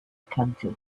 county